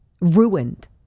ruined